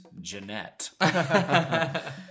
Jeanette